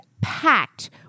packed